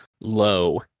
low